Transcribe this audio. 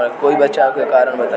कोई बचाव के कारण बताई?